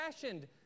fashioned